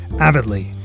avidly